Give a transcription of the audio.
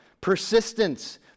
persistence